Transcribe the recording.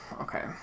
okay